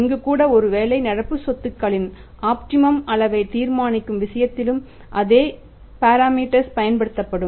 இங்கு கூட ஒருவேளை நடப்பு சொத்துகளின் ஆப்டிமம் பயன்படுத்தப்படும்